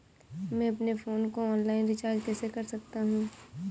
मैं अपने फोन को ऑनलाइन रीचार्ज कैसे कर सकता हूं?